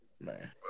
Man